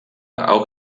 auch